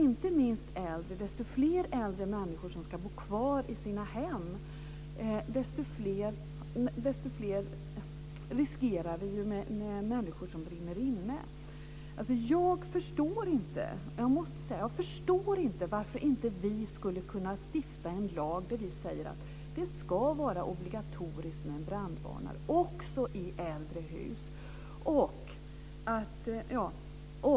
När fler äldre människor ska bo kvar i sina hem riskerar vi att fler brinner inne. Jag förstår inte varför vi inte skulle kunna stifta en lag där vi säger att det ska vara obligatoriskt med brandvarnare också i äldre hus.